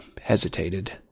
hesitated